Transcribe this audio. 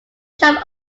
shop